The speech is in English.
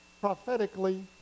prophetically